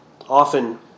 often